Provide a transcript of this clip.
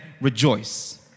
rejoice